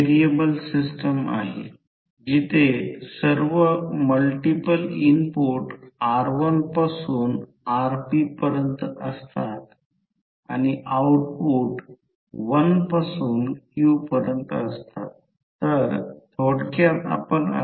5 centimetre आहे ते येथून येथे 3 सेंटीमीटर दिले आहे येथून ते येथे ते 6 सेंटीमीटर आहे आणि या बाजू म्हणजे प्रत्यक्षात प्रत्येक बाजू 3 3 सेंटीमीटर आहे